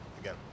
Again